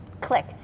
click